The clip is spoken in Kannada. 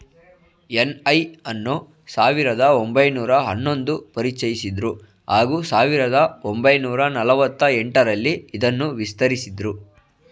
ಎನ್.ಐ ಅನ್ನು ಸಾವಿರದ ಒಂಬೈನೂರ ಹನ್ನೊಂದು ಪರಿಚಯಿಸಿದ್ರು ಹಾಗೂ ಸಾವಿರದ ಒಂಬೈನೂರ ನಲವತ್ತ ಎಂಟರಲ್ಲಿ ಇದನ್ನು ವಿಸ್ತರಿಸಿದ್ರು